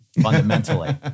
fundamentally